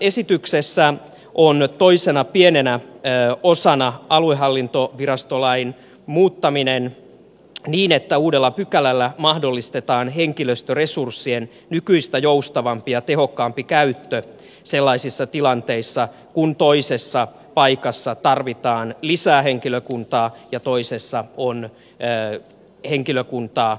tässä esityksessä on toisena pienenä osana aluehallintovirastolain muuttaminen niin että uudella pykälällä mahdollistetaan henkilöstöresurssien nykyistä joustavampi ja tehokkaampi käyttö sellaisissa tilanteissa kun toisessa paikassa tarvitaan lisää henkilökuntaa ja toisessa on henkilökuntaa annettavana